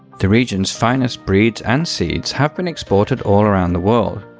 the region's finest breeds and seeds have been exported all around the world,